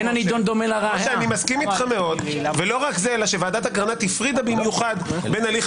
לא רק זה - ועדת אגרנט הפרידה במיוחד בין הליך